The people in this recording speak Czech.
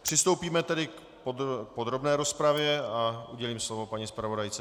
Přistoupíme tedy k podrobné rozpravě a udělím slovo paní zpravodajce.